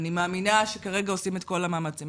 אני מאמינה שכרגע עושים את כל המאמצים.